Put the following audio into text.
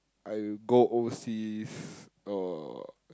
I go overseas or